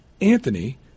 Anthony